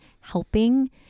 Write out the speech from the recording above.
helping